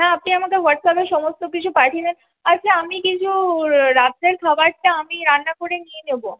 হ্যাঁ আপনি আমাকে হোয়াটস আপে সমস্ত কিছু পাঠিয়ে দেন আচ্ছা আমি কিছু রাত্রের খাবারটা আমি রান্না করে নিয়ে নেবো